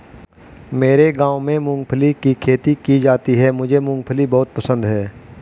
मेरे गांव में मूंगफली की खेती की जाती है मुझे मूंगफली बहुत पसंद है